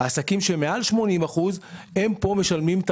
העסקים שנפגעו מעל 80% משלמים פה את